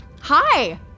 Hi